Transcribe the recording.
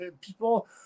People